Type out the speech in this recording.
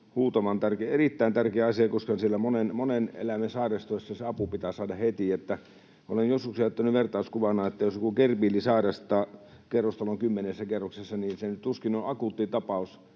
huutavan tärkeä, erittäin tärkeä asia, koska siellä monen eläimen sairastuessa se apu pitää saada heti. Olen joskus käyttänyt vertauskuvana, että jos joku gerbiili sairastaa kerrostalon kymmenennessä kerroksessa, niin se tuskin on akuutti tapaus,